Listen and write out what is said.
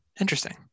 Interesting